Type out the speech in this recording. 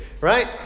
right